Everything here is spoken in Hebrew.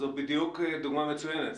זו דוגמה מצוינת.